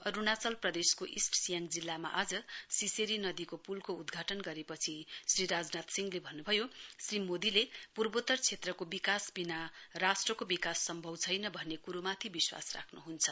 अरूणाचल प्रदेशको इस्ट सियाङ जिल्लामा आज सिरेरी नदीको पूलको उद्घाटन गरेपछि श्री राजनाथ सिंहले भन्नुभयो श्री मोदीले पूर्वोत्तर क्षेत्रको विकासविना राष्ट्रको विकास सम्भव छैन भन्ने क्रोमाथि विश्वास राखुह्न्छ